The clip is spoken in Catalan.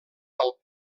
del